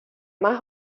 más